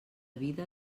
vida